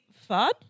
fun